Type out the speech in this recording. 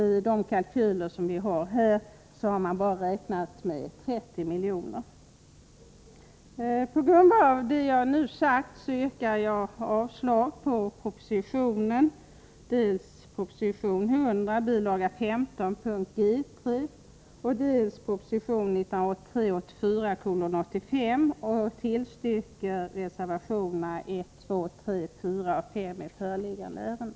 I de kalkyler som vi har här har man bara räknat med 30 milj.kr. På grund av vad jag nu sagt yrkar jag avslag på dels proposition 1983 84:85. Jag yrkar bifall till reservationerna 1, 2, 3, 4 och 5 i föreliggande ärende.